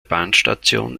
bahnstation